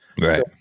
Right